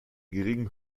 geringen